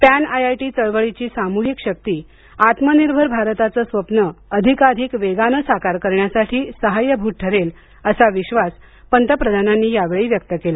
PanIIT चळवळीची सामूहिक शक्ती आत्मनिर्भर भारताचं स्वप्न अधिकाधिक वेगानं साकार करण्यासाठी सहाय्यभूत ठरेल असा विश्वास पंतप्रधानांनी यावेळी व्यक्त केला